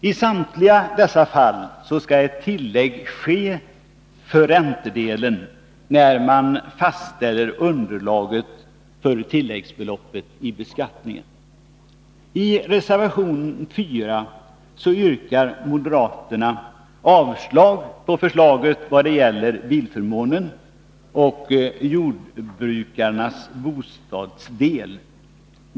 I samtliga dessa fall skall ett tillägg göras för räntedelen när man fastställer underlaget för tilläggsbeloppet i beskattningen. I reservation 4 yrkar moderaterna avslag på förslaget vad gäller bilförmånen och jordbrukarnas bostadsdel.